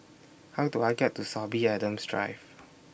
How Do I get to Sorby Adams Drive